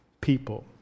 people